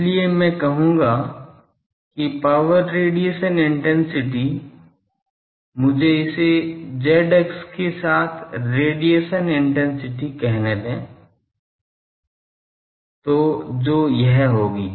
इसलिए मैं कहूंगा कि पावर रेडिएशन इंटेंसिटी मुझे इसे z अक्ष के साथ रेडिएशन इंटेंसिटी कहने दें जो यह होगी